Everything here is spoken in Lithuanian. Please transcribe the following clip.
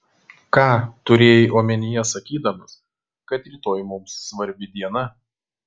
ką turėjai omenyje sakydamas kad rytoj mums svarbi diena